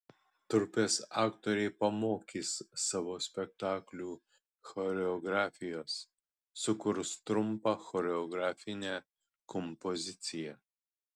trupės aktoriai pamokys savo spektaklių choreografijos sukurs trumpą choreografinę kompoziciją